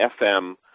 FM